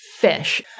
fish